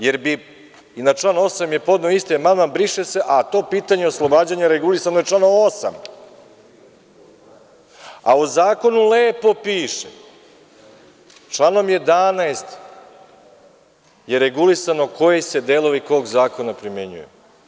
Jer, na član 8. je podneo isti amandman – briše se, a to pitanje oslobađanja regulisano je članom 8. U zakonu lepo piše, članom 11. je regulisano koji se delovi kog zakona primenjuju.